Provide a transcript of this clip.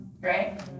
right